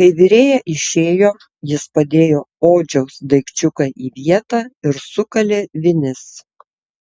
kai virėja išėjo jis padėjo odžiaus daikčiuką į vietą ir sukalė vinis